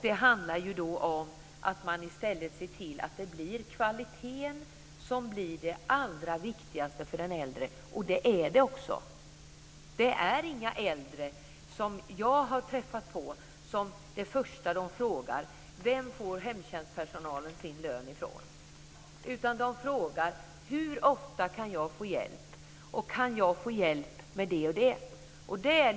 Det handlar då om att man i stället ser till att det blir kvaliteten som blir det allra viktigaste för den äldre, och det är den också. Det första de äldre frågar är inte varifrån hemtjänstpersonalen får sin lön - i alla fall inte de jag har träffat på. De frågar hur ofta de kan få hjälp och om de kan få hjälp med det eller det.